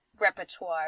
repertoire